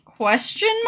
Question